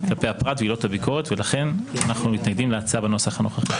כלפי הפרט ועילות הביקורת ולכן אנחנו מתנגדים להצעה בנוסח הנוכחי.